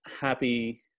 happy